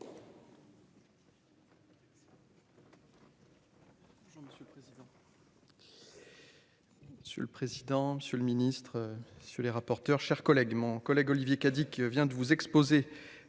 Monsieur le président, Monsieur le Ministre, sur les rapporteurs, chers collègues, mon collègue Olivier Cadic vient de vous exposer